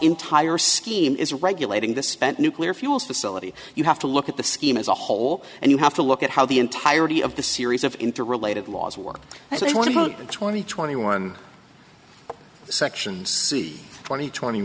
entire scheme is regulating the spent nuclear fuel facility you have to look at the scheme as a whole and you have to look at how the entirety of the series of interrelated laws work so one of the twenty twenty one sections c twenty twenty